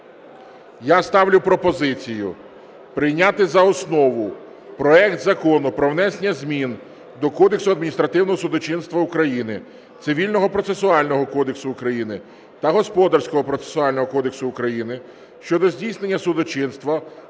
я ставлю пропозицію прийняти за основу проект Закону про внесення змін до Кодексу адміністративного судочинства України, Цивільного процесуального кодексу України та Господарського процесуального кодексу України (щодо здійснення судочинства